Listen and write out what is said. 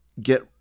get